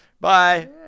Bye